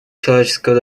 человеческого